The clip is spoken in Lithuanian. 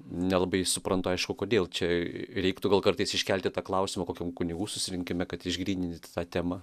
nelabai suprantu aišku kodėl čia reiktų gal kartais iškelti tą klausimą kokiam kunigų susirinkime kad išgryninti tą temą